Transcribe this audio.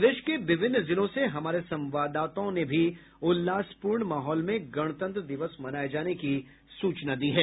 प्रदेश के विभिन्न जिलों से हमारे संवाददाताओं ने भी उल्लासपूर्ण माहौल में गणतंत्र दिवस मनाये जाने की सूचना दी है